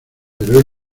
pero